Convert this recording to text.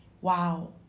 wow